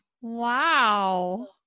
Wow